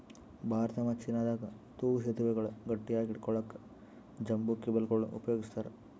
ಭಾರತ ಮತ್ತ್ ಚೀನಾದಾಗ್ ತೂಗೂ ಸೆತುವೆಗಳ್ ಗಟ್ಟಿಯಾಗ್ ಹಿಡ್ಕೊಳಕ್ಕ್ ಬಂಬೂ ಕೇಬಲ್ಗೊಳ್ ಉಪಯೋಗಸ್ತಾರ್